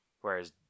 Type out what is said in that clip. Whereas